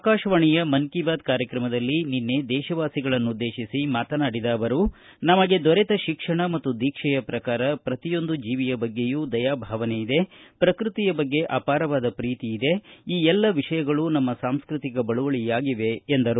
ಆಕಾಶವಾಣಿಯ ಮನ್ ಕಿ ಬಾತ್ ಕಾರ್ಯಕ್ರಮದಲ್ಲಿ ನಿನ್ನೆ ದೇಶವಾಸಿಗಳನ್ನುದ್ದೇಶಿಸಿ ಮಾತನಾಡಿದ ಅವರು ನಮಗೆ ದೊರೆತ ಶಿಕ್ಷಣ ಮತ್ತು ದೀಕ್ಷೆಯ ಪ್ರಕಾರ ಪ್ರತಿಯೊಂದು ಜೀವಿಯ ಬಗ್ಗೆಯೂ ದಯಾಭಾವನೆಯಿದೆ ಪ್ರಕೃತಿಯ ಬಗ್ಗೆ ಅಪಾರವಾದ ಪ್ರೀತಿಯಿದೆ ಈ ಎಲ್ಲ ವಿಷಯಗಳು ನಮ್ಮ ಸಾಂಸ್ಟೃತಿಕ ಬಳುವಳಿಯಾಗಿವೆ ಎಂದರು